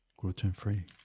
gluten-free